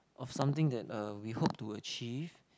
of something that uh we hope to achieve